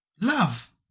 Love